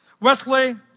Wesley